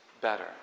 better